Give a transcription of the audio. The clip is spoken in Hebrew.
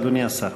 אדוני השר.